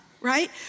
right